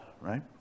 right